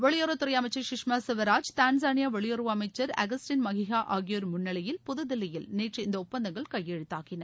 வெளியுறவுத்துறை அமைச்சர் சுஷ்மா சுவராஜ் தான்சானியா வெளியுறவு அமைச்சர் அகஸ்டன் மஹிகா ஆகியோர் முன்னிலையில் புதுதில்லியில் நேற்று இந்த ஒப்பந்தங்கள் கையெழுத்தாகின